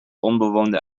onbewoonde